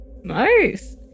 Nice